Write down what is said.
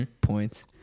points